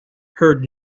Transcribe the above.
heard